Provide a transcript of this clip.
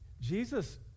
Jesus